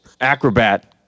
acrobat